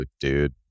dude